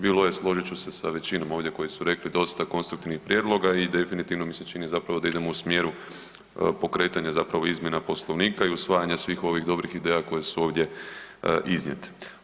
Bilo je, složit ću se sa većinom ovdje, koji su rekli, dosta konstruktivnih prijedloga i definitivno mi se čini zapravo da idemo u smjeru pokretanja zapravo izmjena Poslovnika i usvajanja svih ovih dobrih ideja koje su ovdje iznijete.